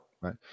Right